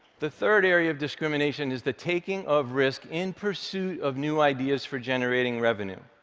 the third area of discrimination is the taking of risk in pursuit of new ideas for generating revenue.